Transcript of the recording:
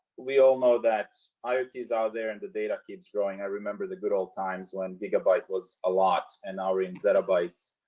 we all know that iot is out there and the data keeps growing. i remember the good old times when gigabyte was a lot and are in zettabytes.